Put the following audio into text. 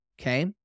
okay